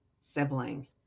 sibling